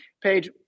Page